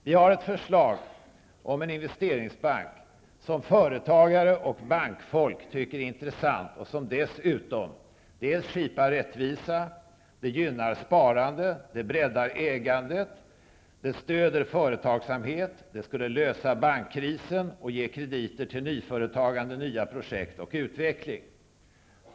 Vi har ett förslag om en investeringsbank som företagare och bankfolk tycker är intressant. Det skipar dessutom rättvisa, gynnar sparande, breddar ägandet, stöder företagsamhet och det skulle dessutom lösa bankkrisen och ge krediter till nyföretagande, nya projekt och utveckling.